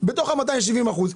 בתוך ה-270 אחוזים,